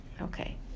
Okay